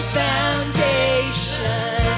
foundation